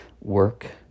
work